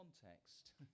context